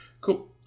Cool